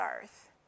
earth